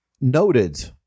noted